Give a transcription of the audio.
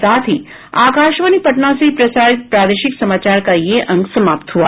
इसके साथ ही आकाशवाणी पटना से प्रसारित प्रादेशिक समाचार का ये अंक समाप्त हुआ